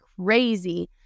crazy